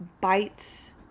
bites